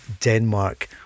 Denmark